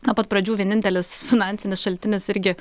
nuo pat pradžių vienintelis finansinis šaltinis irgi